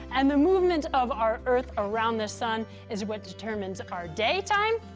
and the movement of our earth around the sun is what determines our daytime,